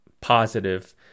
positive